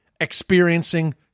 experiencing